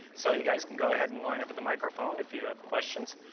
so you guys can go ahead and line up at the microphone if you have questions.